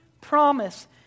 promise